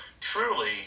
truly